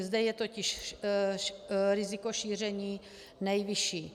Zde je totiž riziko šíření nejvyšší.